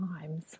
times